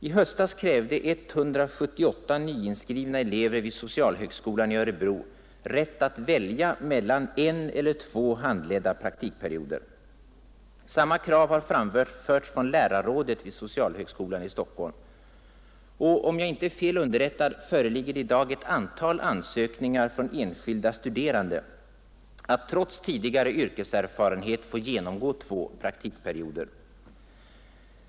I höstas krävde 178 nyinskrivna elever vid socialhögskolan i Örebro rätt att välja mellan en eller två handledda praktikperioder. Samma krav har framförts från lärarrådet vid socialhögskolan i Stockholm. Och om jag inte är fel underrättad, föreligger i dag ett antal ansökningar från enskilda studerande om att trots tidigare yrkeserfarenhet få genomgå två praktikperioder.